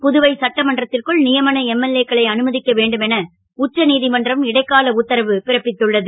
புதுவை சட்டமன்றத் ற்குள் யமன எம்எல்ஏ க்களை அனும க்க வேண்டும் என உச்ச நீ மன்றம் இடைக்கால உத்தரவு பிறப்பித்துள்ளது